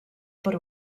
per